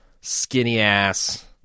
skinny-ass